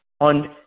on